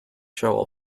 shall